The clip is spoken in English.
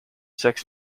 sex